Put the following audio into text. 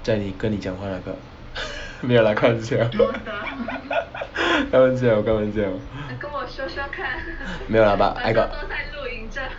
在你跟你讲话那个没有 lah 开玩笑 开玩笑开玩笑没有 lah but